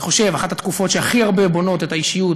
אלא אני חושב שזאת אחת התקופות שהכי בונות את האישיות,